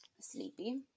sleepy